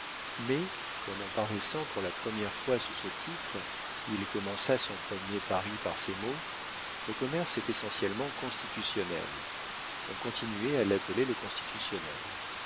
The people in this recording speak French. mais comme en paraissant pour la première fois sous ce titre il commença son premier paris par ces mots le commerce est essentiellement constitutionnel on continuait à l'appeler le constitutionnel